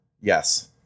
Yes